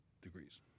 degrees